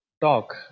talk